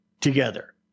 together